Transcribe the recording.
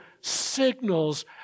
signals